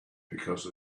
because